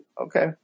Okay